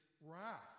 wrath